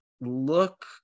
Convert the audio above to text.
look